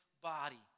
body